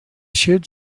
should